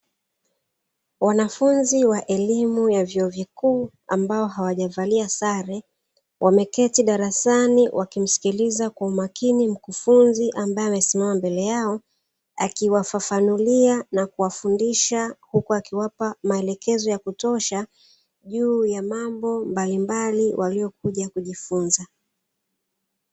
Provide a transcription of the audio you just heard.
Wanafunzi wa elimu ya vyuo vikuu ambao hawajavalia sare wameketi darasani wakimsikiliza kwa umakini mkufunzi ambae amesimama mbele yao, akiwafafanulia na kuwafundisha huku akiwapa maelekezo ya kutosha juu ya mambo mbalimbali waliyokuja kujifunza.